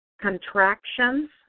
contractions